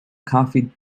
coffee